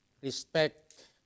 respect